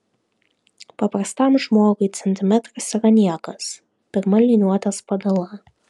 paprastam žmogui centimetras yra niekas pirma liniuotės padala